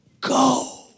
go